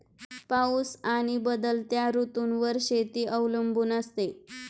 पाऊस आणि बदलत्या ऋतूंवर शेती अवलंबून असते